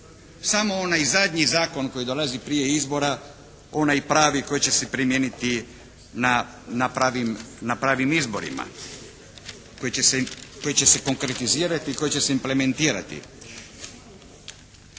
samo onaj zadnji zakon koji dolazi prije izbora onaj pravi koji će se primijeniti na pravim izborima, koji će se konkretizirati i koji će se implementirati.